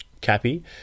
Cappy